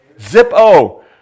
Zip-o